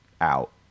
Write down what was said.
out